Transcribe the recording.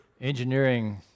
Engineering